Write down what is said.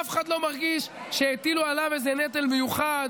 אף אחד לא מרגיש שהטילו עליו איזה נטל מיוחד,